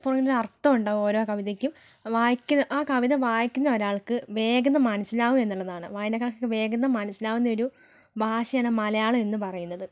പുറകിലൊരു അർത്ഥം ഉണ്ടാവും ഓരോ കവിതയ്ക്കും വായിക്കുന്ന ആ കവിത വായിക്കുന്ന ഒരാൾക്ക് വേഗം മനസ്സിലാകും എന്നുള്ളതാണ് വായനക്കാർക്ക് ഒക്കെ വേഗം മനസ്സിലാവുന്ന ഒരു ഭാഷയാണ് മലയാളം എന്ന് പറയുന്നത്